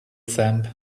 thumb